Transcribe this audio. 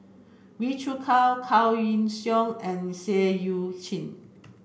Wee Cho Kaw Kaw and Seah Eu Chin